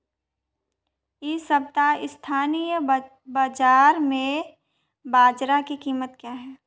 इस सप्ताह स्थानीय बाज़ार में बाजरा की कीमत क्या है?